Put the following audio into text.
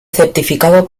certificado